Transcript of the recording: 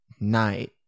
night